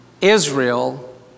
Israel